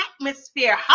atmosphere